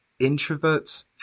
introverts